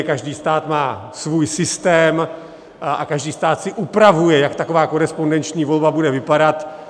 Každý stát má svůj systém a každý stát si upravuje, jak taková korespondenční volba bude vypadat.